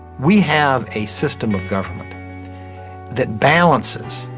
we have a system of government that balances